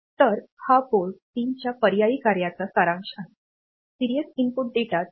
तर हा पोर्ट 3 च्या पर्यायी कार्याचा सारांश आहे सीरियल इनपुट डेटा 3